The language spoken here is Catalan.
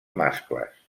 mascles